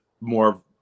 more